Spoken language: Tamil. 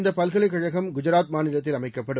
இந்த பல்கலைக்கழகம் குஜராத் மாநிலத்தில் அமைக்கப்படும்